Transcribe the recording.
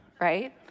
right